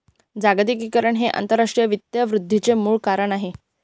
जागतिकीकरण हे आंतरराष्ट्रीय वित्त वृद्धीचे मूळ कारण आहे